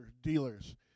dealers